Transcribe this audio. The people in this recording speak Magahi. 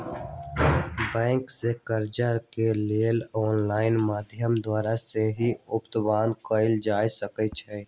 बैंक से कर्जा के लेल ऑनलाइन माध्यम द्वारा सेहो आवेदन कएल जा सकइ छइ